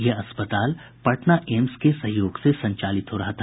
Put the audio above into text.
यह अस्पताल पटना एम्स के सहयोग से संचालित हो रहा था